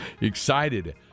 Excited